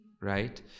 right